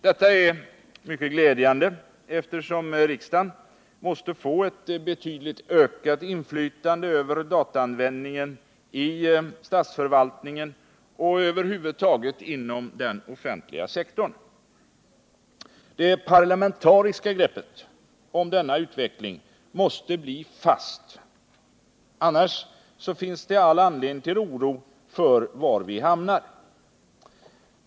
Detta är mycket glädjande, eftersom riksdagen måste få ett betydligt ökat inflytande över dataanvändningen i statsförvaltningen och över huvud taget inom den offentliga sektorn. Det parlamentariska greppet om denna utveckling måste bli fast, annars finns det all anledning till oro för var vi hamnar.